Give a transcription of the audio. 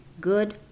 Good